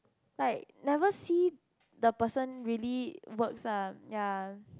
like never see the person really works ah ya